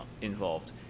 involved